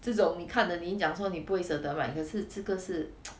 这种你看了你会讲说你不会舍得买可是这个是